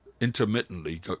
intermittently